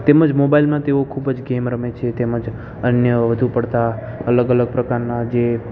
તેમજ મોબાઇલમાં તેઓ ખૂબ જ ગેમ રમે છે તેમજ અન્ય વધુ પડતા અલગ અલગ પ્રકારના જે